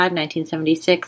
1976